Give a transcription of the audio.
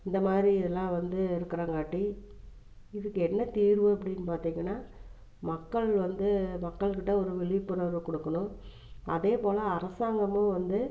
இந்தமாதிரி இதெல்லாம் வந்து இருக்குறங்காட்டி இதுக்கு என்ன தீர்வு அப்படின்னு பார்த்திங்கன்னா மக்கள் வந்து மக்கள்கிட்ட ஒரு விழிப்புணர்வு கொடுக்கணும் அதேப்போல் அரசாங்கமும் வந்து